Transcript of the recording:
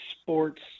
sports